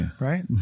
right